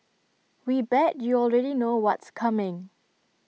we bet you already know what's coming